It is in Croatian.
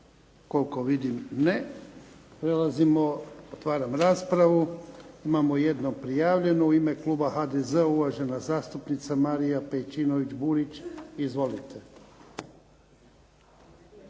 Koliko vidim ne. Otvaram raspravu. Imamo jednu prijavljenu. U ime kluba HDZ-a uvažena zastupnica Marija Pejčinović-Burić. Izvolite.